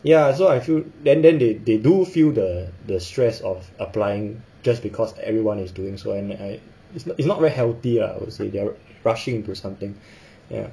ya so I feel then then they they do feel the the stress of applying just because everyone is doing so and and I it's it's not very healthy ah I would say they're rushing into something ya